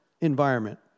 environment